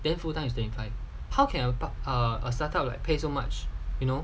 then full time is twenty five how can a um how can a start up like pay so much you know